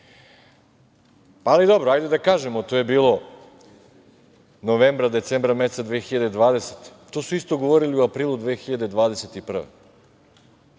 Ali, dobro, hajde da kažemo to je bilo novembra, decembra meseca 2020. godine. To su isto govorili i u aprilu 2021.